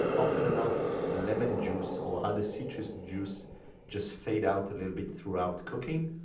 often enough lemon juice or other citrus juice just fade out a little bit throughout cooking.